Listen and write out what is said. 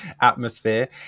atmosphere